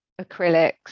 acrylics